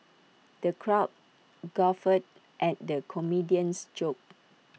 the crowd guffawed at the comedian's jokes